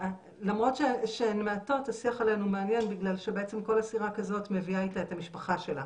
בגלל שבעצם כל אסירה כזאת מביאה איתה את המשפחה שלה,